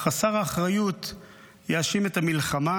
חסר האחריות יאשים את המלחמה.